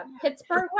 Pittsburgh